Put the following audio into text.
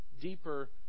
deeper